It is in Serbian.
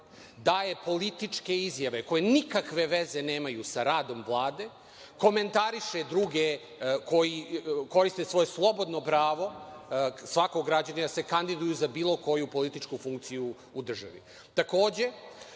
daje političke izjave koje nikakve veze nemaju sa radom Vlade? Komentariše druge koji koriste svoje slobodno pravo, pravo svakog građanina je da se kandiduju za bilo koju političku funkciju u državi. Takođe,